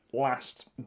last